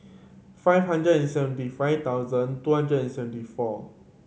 five hundred and seventy five thousand two hundred and seventy four